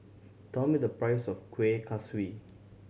tell me the price of Kueh Kaswi